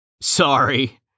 Sorry